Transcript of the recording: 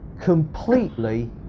Completely